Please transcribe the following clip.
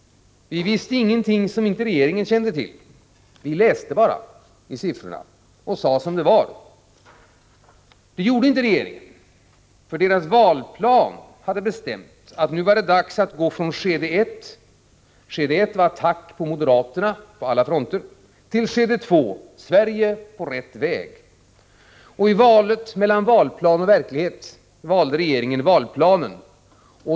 Vi visste ingenting som inte regeringen kände till. Vi läste bara siffrorna och sade som det var. Det gjorde inte regeringen, ty deras valplan hade bestämt att det nu var dags att gå från skede ett — attack på moderaterna på alla fronter — till skede två — Sverige på rätt väg. Och i valet mellan valplanen och verkligheten valde regeringen valplanen.